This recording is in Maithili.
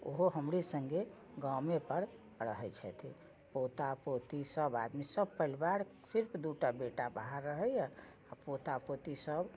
ओहो हमरे सङ्गे गामे पर रहैत छथि पोता पोती सब आदमी सब पलिवार सिर्फ दू टा बेटा बाहर रहैया आ पोता पोती सब